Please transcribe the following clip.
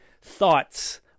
thoughts